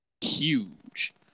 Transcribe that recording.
Huge